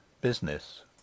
business